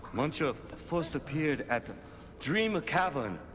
muncher first appeared at dream ah cavern.